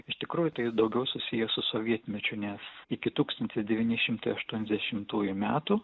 iš tikrųjų tai daugiau susiję su sovietmečiu nes iki tūkstantis devyni šimtai aštuoniasdešimtųjų metų